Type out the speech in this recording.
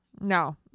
No